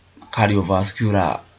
cardiovascular